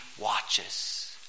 watches